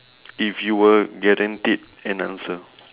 if you were guaranteed an answer